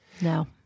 No